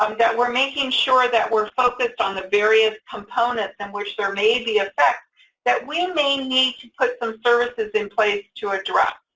um that we're making sure that we're focused on the various components in which there may be effects that we may need to put some services in place to address,